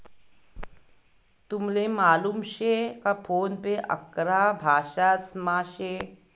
तुमले मालूम शे का फोन पे अकरा भाषांसमा शे